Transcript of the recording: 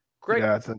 Great